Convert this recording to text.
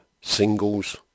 singles